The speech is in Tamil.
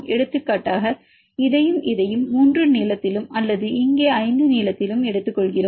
எடுத்துக்காட்டாக இதையும் இதையும் 3 நீளத்திலும் அல்லது இங்கே 5 நீளத்திலும் எடுத்துக்கொள்கிறோம்